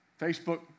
Facebook